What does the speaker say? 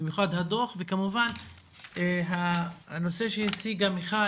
במיוחד הדוח וכמובן הנושא שהציגה מיטל